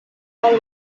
padre